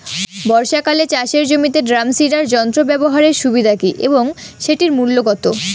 বর্ষাকালে চাষের জমিতে ড্রাম সিডার যন্ত্র ব্যবহারের সুবিধা কী এবং সেটির মূল্য কত?